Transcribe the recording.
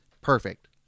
perfect